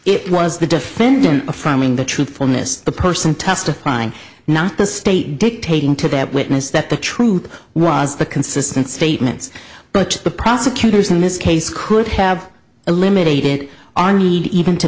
was the defendant affirming the truthfulness the person testifying not the state dictating to that witness that the truth was the consistent statements but the prosecutors in this case could have eliminated army even to